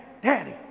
daddy